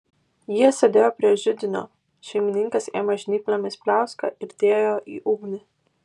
jie sėdėjo prie židinio šeimininkas ėmė žnyplėmis pliauską ir dėjo į ugnį